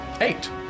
Eight